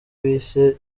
bise